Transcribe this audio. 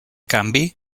canvi